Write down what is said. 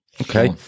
Okay